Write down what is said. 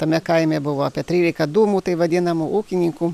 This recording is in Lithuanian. tame kaime buvo apie trylika dūmų tai vadinamų ūkininkų